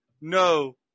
no